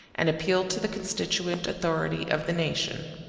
and appealed to the constituent authority of the nation.